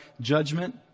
judgment